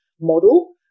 model